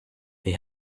they